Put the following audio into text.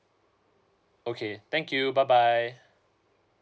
okay thank you bye bye